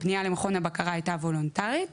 הפנייה למכון הבקרה הייתה וולונטארית,